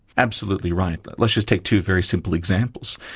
absolutely right. but let's just take two very simple examples.